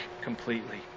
completely